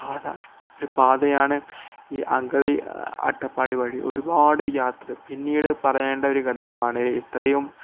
പാത ഒരു പാതയാണ് ഈ അഗളി അട്ടപ്പാടി വഴി ഒരുപാട് യാത്ര പിന്നീട് പറയേണ്ട ഒരു ഘടകമാണ് ഇത്രയും